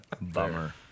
Bummer